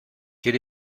quel